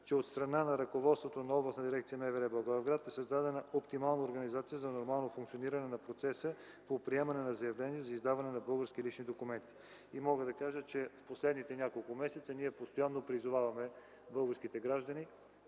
че от страна на ръководството на Областна дирекция МВР – Благоевград, е създадена оптимална организация за нормално функциониране на процеса по приемане на заявления за издаване на български лични документи. Мога да кажа, че в последните няколко месеца постоянно призоваваме българските граждани